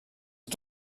ist